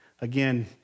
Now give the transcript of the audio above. Again